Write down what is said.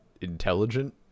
intelligent